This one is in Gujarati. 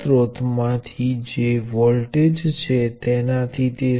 શૂન્ય વોલ્ટેજ તફાવત છે